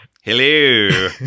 Hello